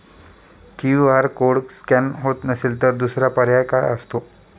QR code scan होत नसेल तर दुसरा पर्याय काय असतो?